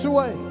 Away